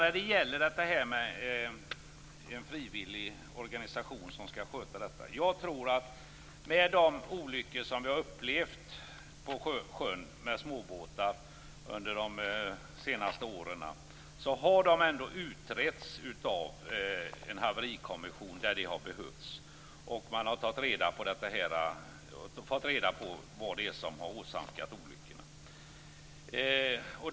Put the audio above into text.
När det gäller detta med en frivillig organisation vill jag säga att jag tror att småbåtsolyckorna på sjön under de senaste åren ändå har utretts av en haverikommission i de fall då det har behövts. Man har fått reda på vad som har åsamkat olyckorna.